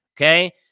Okay